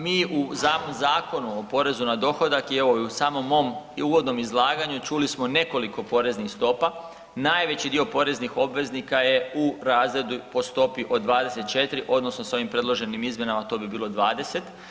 Mi u samom Zakonu o porezu na dohodak, evo i u samom mom i uvodnom izlaganju čuli smo nekoliko poreznih stopa, najveći dio poreznih obveznika je u razredu po stopi od 24 odnosno s ovim predloženim izmjenama to bi bilo 20.